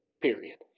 period